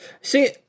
See